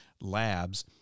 labs